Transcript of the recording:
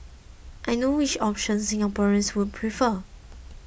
I know which option Singaporeans would prefer